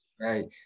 right